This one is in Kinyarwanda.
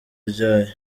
ryayo